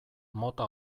mota